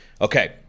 Okay